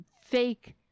fake